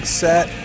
set